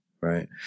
Right